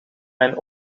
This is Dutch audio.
mijn